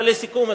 ולסיכום,